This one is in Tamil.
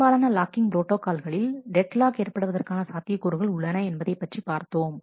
பெரும்பாலான லாக்கிங் ப்ரோட்டாகால்களில் டெட்லாக் ஏற்படுவதற்கான சாத்தியக்கூறுகள் உள்ளன என்பதை பற்றி பார்த்தோம்